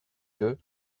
que